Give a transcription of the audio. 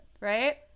right